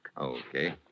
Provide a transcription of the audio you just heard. Okay